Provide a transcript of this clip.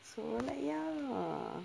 so like ya